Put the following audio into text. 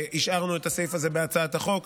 השארנו את הסעיף הזה בהצעת החוק,